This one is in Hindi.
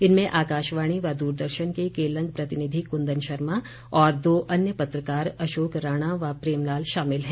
इनमें आकाशवाणी व दूरदर्शन के केलंग प्रतिनिधि कुंदन शर्मा और दो अन्य पत्रकार अशोक राणा व प्रेम लाल शामिल हैं